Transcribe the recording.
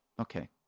okay